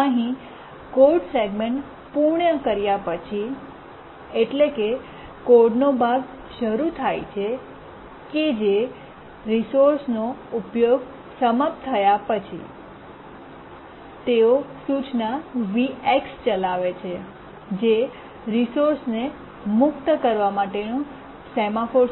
અહીં code segment પૂર્ણ કર્યા પછી એટલે કે કોડનો ભાગ શરૂ થાય છે કે જે શેર રિસોર્સ નો ઉપયોગ સમાપ્ત થાય પછી તેઓ સૂચના V ચલાવે છે જે રિસોર્સને મુક્ત કરવા માટે નું સિગ્નલ સેમાફોર